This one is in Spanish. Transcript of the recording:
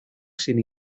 sin